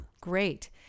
great